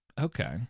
Okay